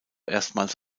erstmals